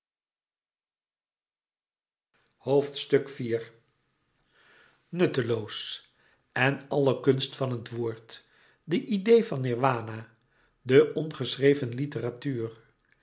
nutteloos en alle kunst van het woord de idee van nirwana de ongeschreven literatuur